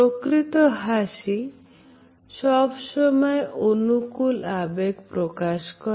প্রকৃত হাসি সব সময় অনুকূল আবেগ প্রকাশ করে